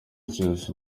cyose